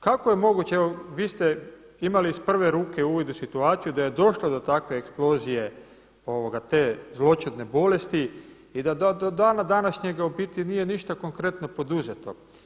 Kako je moguće, evo vi ste imali iz prve ruke uvid u situaciju da je došlo do takve eksplozije te zloćudne bolesti i da do dana današnjega u biti nije ništa konkretno poduzeto.